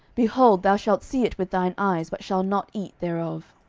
behold, thou shalt see it with thine eyes, but shalt not eat thereof.